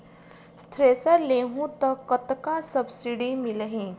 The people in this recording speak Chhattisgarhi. थ्रेसर लेहूं त कतका सब्सिडी मिलही?